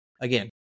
again